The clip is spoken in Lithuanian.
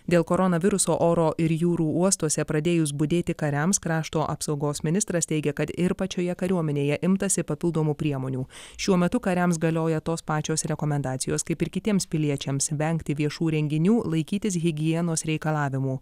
dėl koronaviruso oro ir jūrų uostuose pradėjus budėti kariams krašto apsaugos ministras teigė kad ir pačioje kariuomenėje imtasi papildomų priemonių šiuo metu kariams galioja tos pačios rekomendacijos kaip ir kitiems piliečiams vengti viešų renginių laikytis higienos reikalavimų